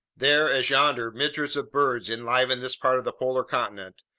there as yonder, myriads of birds enlivened this part of the polar continent.